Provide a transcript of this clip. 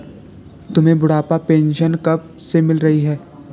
तुम्हें बुढ़ापा पेंशन कब से मिल रही है?